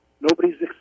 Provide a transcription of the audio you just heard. Nobody's